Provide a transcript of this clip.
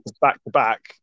Back-to-back